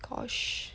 gosh